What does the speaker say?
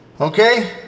okay